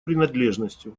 принадлежностью